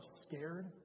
scared